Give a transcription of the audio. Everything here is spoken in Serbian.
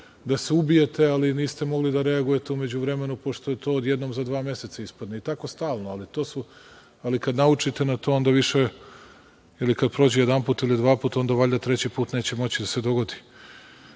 da se ubijete, ali niste mogli da reagujete u međuvremenu, pošto je to odjednom za dva meseca ispadne i tako stalno. Ali kada naučite ne to, ili kada prođe jedanput ili dvaput, onda valjda treći put neće moći da se dogodi. Da